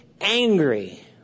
angry